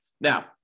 Now